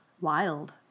wild